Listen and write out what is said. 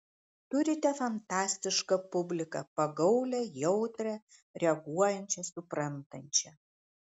turite fantastišką publiką pagaulią jautrią reaguojančią suprantančią